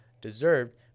deserved